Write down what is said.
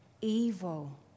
evil